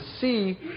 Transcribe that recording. see